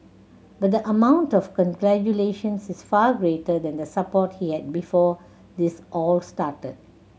but the amount of congratulations is far greater than the support he had before this all started